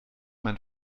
mein